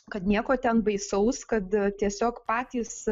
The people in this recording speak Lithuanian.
kad nieko ten baisaus kad tiesiog patys